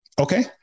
Okay